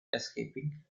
escaping